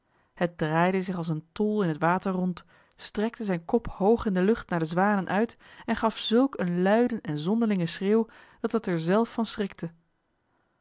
het draaide zich als een tol in het water rond strekte zijn kop hoog in de lucht naar de zwanen uit en gaf zulk een luiden en zonderlingen schreeuw dat het er zelf van schrikte